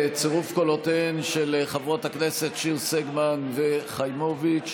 בצירוף קולותיהן של חברות הכנסת שיר סגמן וחיימוביץ',